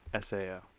SAO